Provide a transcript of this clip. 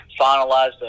finalized